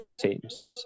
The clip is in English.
teams